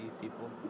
people